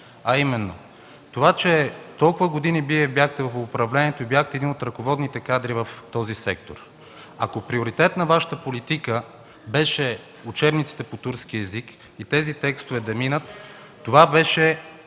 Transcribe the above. а именно: това че толкова години Вие бяхте в управлението и един от ръководните кадри в този сектор. Ако приоритет на Вашата политика бяха учебниците по турски език и тези текстове да минат, това беше